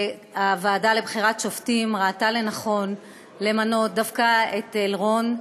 הוועדה לבחירת שופטים ראתה לנכון למנות דווקא את אלרון,